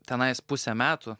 tenais pusę metų